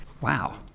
Wow